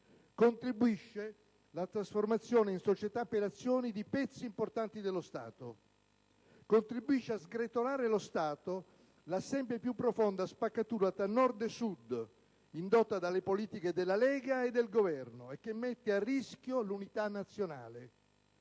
Stato la trasformazione in società per azioni di pezzi importanti dello Stato stesso, nonché la sempre più profonda spaccatura tra Nord e Sud indotta dalle politiche della Lega e del Governo, che mette a rischio l'unità nazionale.